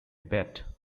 bet